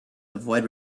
avoid